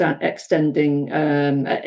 extending